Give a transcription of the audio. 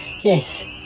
Yes